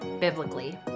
biblically